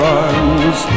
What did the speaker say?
arms